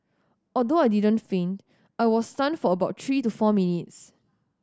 although I didn't faint I was stunned for about three to four minutes